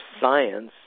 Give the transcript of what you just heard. science